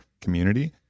community